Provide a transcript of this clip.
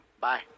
Bye